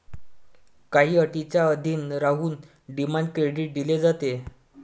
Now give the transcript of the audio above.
काही अटींच्या अधीन राहून डिमांड क्रेडिट दिले जाते